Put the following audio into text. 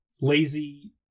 lazy